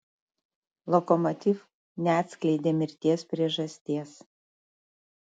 lokomotiv neatskleidė mirties priežasties